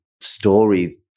story